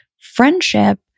friendship